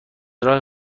راه